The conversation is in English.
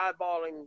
eyeballing